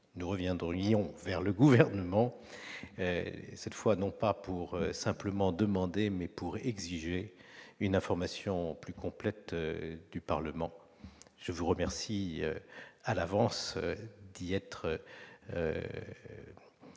nous reviendrions vers le Gouvernement pour, cette fois, non pas demander, mais exiger une information plus complète du Parlement. Je vous remercie par avance d'y être